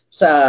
sa